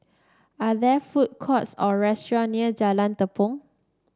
are there food courts or restaurant near Jalan Tepong